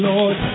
Lord